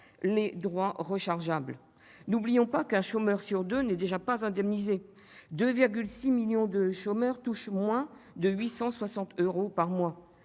les droits rechargeables. Ne l'oublions pas, un chômeur sur deux n'est déjà pas indemnisé, 2,6 millions de chômeurs touchent moins de 860 euros par mois